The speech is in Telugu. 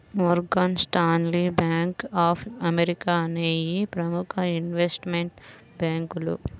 Morgan Stanley, bank of America అనేయ్యి ప్రముఖ ఇన్వెస్ట్మెంట్ బ్యేంకులు